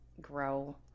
grow